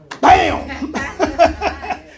Bam